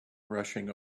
rushing